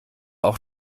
auch